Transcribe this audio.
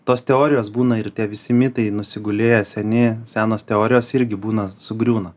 tos teorijos būna ir tie visi mitai nusigulėję seni senos teorijos irgi būna sugriūna